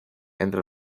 entre